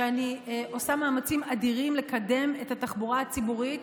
שאני עושה מאמצים אדירים לקדם את התחבורה הציבורית.